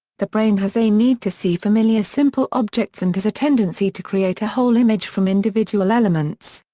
the brain has a need to see familiar simple objects and has a tendency to create a whole image from individual elements.